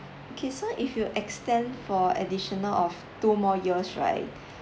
okay so if you extend for additional of two more years right